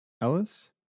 Ellis